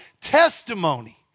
testimony